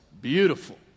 beautiful